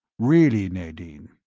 really, nadine,